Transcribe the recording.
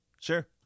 Sure